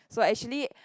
so actually